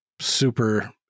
super